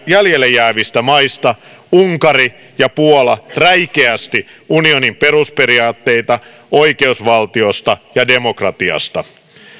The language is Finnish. jäljelle jäävistä maista unkari ja puola räikeästi unionin perusperiaatteita oikeusvaltiosta ja demokratiasta